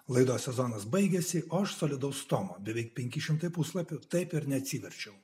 laidos sezonas baigiasi o aš solidaus tomo beveik penki šimtai puslapių taip ir neatsiverčiau